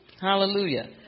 Hallelujah